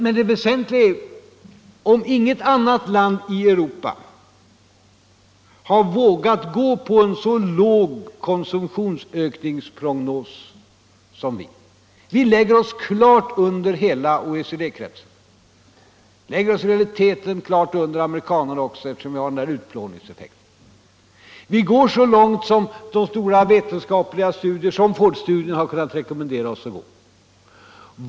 Men det väsentliga är: inget annat land i Europa har vågat gå på en så låg konsumtionsökningsprognos som vi. Vi lägger oss klart under hela OECD-kretsen, och vi lägger oss i realiteten klart under amerikanerna också eftersom vi har den här utplåningseffekten. Vi går så långt som de stora vetenskapliga studierna — bl.a. Fordstudien — kunnat rekommendera oss att gå.